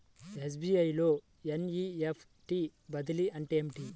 SBI లో NEFT బదిలీ అంటే ఏమిటి?